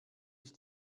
ich